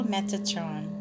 Metatron